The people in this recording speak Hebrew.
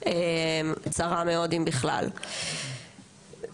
בהסכמים הקואליציוניים מאוד מגבירים את כוחם וסמכותם של בתי הדין